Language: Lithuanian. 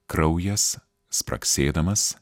kraujas spragsėdamas